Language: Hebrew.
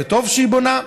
וטוב שהיא בונה,